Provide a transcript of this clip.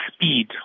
speed